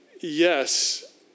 yes